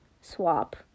Swap